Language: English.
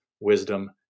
wisdom